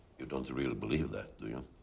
you don't really believe that, do you?